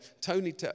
Tony